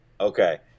Okay